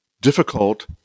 difficult